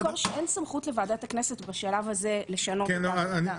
צריך לזכור שאין סמכות לוועדת הכנסת בשלב הזה לשנות את ההחלטה.